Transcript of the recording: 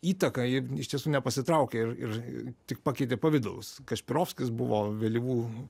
įtaka ji iš tiesų nepasitraukė ir ir tik pakeitė pavidalus kašpirovskis buvo vėlyvų